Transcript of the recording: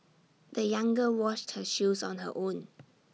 the young girl washed her shoes on her own